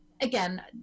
again